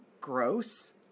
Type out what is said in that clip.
Gross